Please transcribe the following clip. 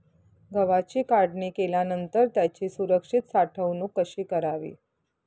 गव्हाची काढणी केल्यानंतर त्याची सुरक्षित साठवणूक कशी करावी?